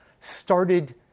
started